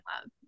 love